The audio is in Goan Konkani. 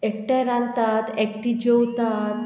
एकठांय रांदतात एकटीं जेवतात